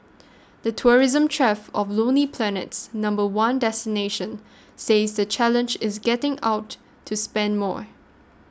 the tourism chief of Lonely Planet's number one destination says the challenge is getting out to spend more